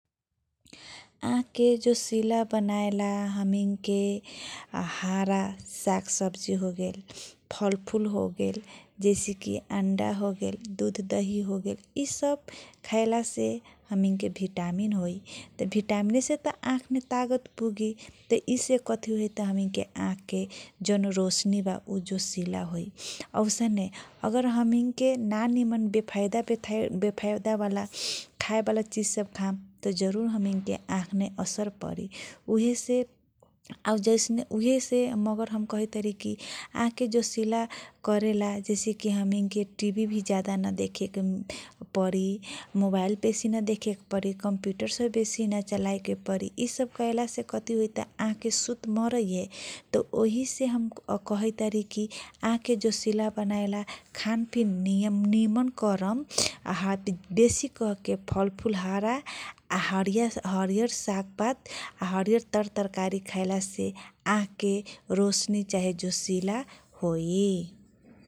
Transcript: आँखाके जोसिला बनाएला हमिनके हरा साग सब्जी होगेल फलफूल होगेल, जैसेकी अण्डा होगेल, दहि होगेल, सब खाएलासे हमिनके भिटामीन होइ । भिटामिनसे त आँखने तागत पुगी यो से कचि होइता हमिनके आँखके जौन रोशनी बा ऊ जोसिला होइ । हौसने अगर नमिमन बेफाइदा होएबाला खएबा चिज सब खाम जरुर हमिनके आखमे असर परी । ऊ हे से मगर हम कभी कहइतारी की आँख जोसिला जैसेकी टिभी ज्यादा नदेखेके परि, मोवाइल वेसी नदेखेके परी, कमप्यूटर भि ज्यादा नचलाएके परी, यो सब कएलासे कथी होइता आँखके मुल मरइए । ओहीसे हम कहतारीके आँखके जोशिला बनाएला खानपिन निमन करम, बेसी कहके फलपूmल हरियर सागपात, हरियर तरकारी खाएला से आँखके रोशनी चाहे जोशिला होइ ।